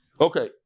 Okay